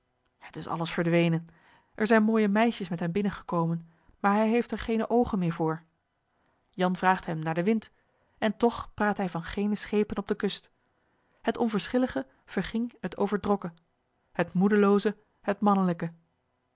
het is alles verdwenen er zijn mooije meisjes met hem binnen gekomen maar hij heeft er geene oogen meer voor jan vraagt hem naar den wind en toch praat hij van geene schepen op de kust het onverschillige verving het overdrokke het moedelooze het mannelijke